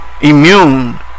immune